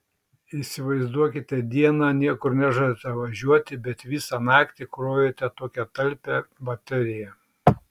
įsivaizduokite dieną niekur nežadate važiuoti bet visą naktį krovėte tokią talpią bateriją